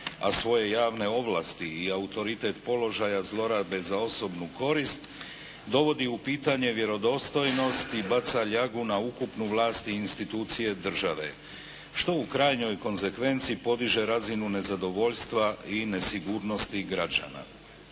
a svoje javne ovlasti i autoritet položaja zlorabe za osobnu korist, dovodi u pitanje vjerodostojnost i baca ljagu na ukupnu vlast i institucije države što u krajnjoj konzekvenci podiže razinu nezadovoljstva i nesigurnosti građana.